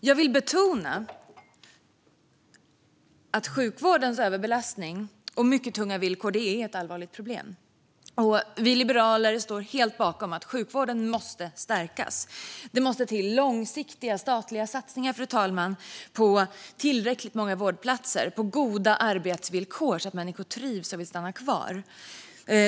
Jag vill betona att sjukvårdens överbelastning och mycket tunga villkor är ett allvarligt problem. Vi liberaler står helt bakom att sjukvården måste stärkas. Det måste, fru talman, till långsiktiga statliga satsningar på tillräckligt många vårdplatser och på goda arbetsvillkor, så att människor trivs och vill stanna kvar.